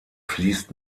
fließt